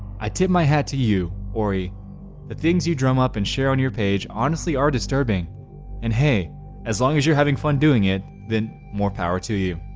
i tip my hat to you, orie the things you drum up and share on your page honestly are disturbing and hey as long as you're having fun doing it then more power to you